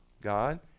God